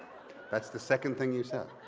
that's the second thing you saw.